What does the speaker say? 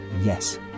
Yes